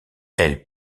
elle